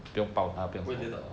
不会跌倒啊